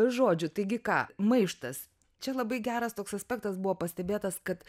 žodžių taigi ką maištas čia labai geras toks aspektas buvo pastebėtas kad